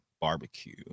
barbecue